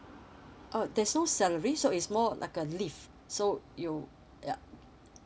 uh there's no salary so is more like a leave so you yup